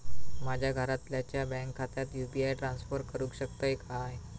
माझ्या घरातल्याच्या बँक खात्यात यू.पी.आय ट्रान्स्फर करुक शकतय काय?